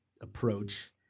approach